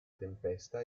tempesta